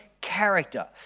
character